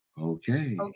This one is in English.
Okay